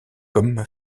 comme